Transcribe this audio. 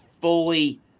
fully